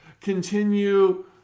continue